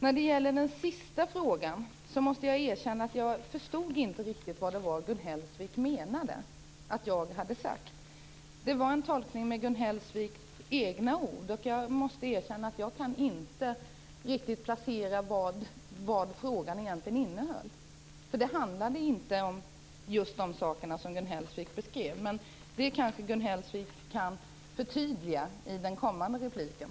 När det gäller den sista frågan måste jag erkänna att jag inte riktigt förstod vad Gun Hellsvik menade att jag hade sagt. Det var en tolkning med Gun Hellsviks egna ord. Jag måste erkänna att jag inte riktigt kan förstå vad frågan egentligen innehöll, för det som jag sade handlade inte om just de saker som Gun Hellsvik beskrev. Men det kanske Gun Hellsvik kan förtydliga i den kommande repliken.